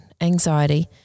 anxiety